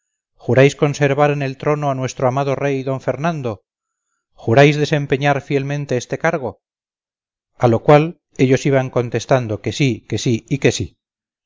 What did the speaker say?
juráis conservar en el trono a nuestro amado rey d fernando juráis desempeñar fielmente este cargo a lo cual ellos iban contestando que sí que sí y que sí